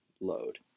load